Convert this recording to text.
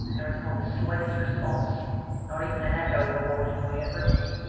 there was not the slightest response not even an echo rewarded my efforts.